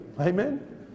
amen